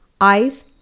eyes